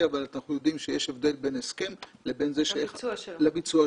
אבל אנחנו יודעים שיש הבדל בין הסכם לבין הביצוע שלו.